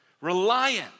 reliant